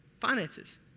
finances